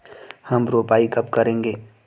हम रोपाई कब करेंगे?